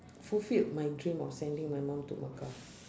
fulfilled my dream of sending my mum to mecca